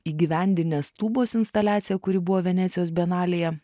įgyvendinęs tūbos instaliaciją kuri buvo venecijos bienalėje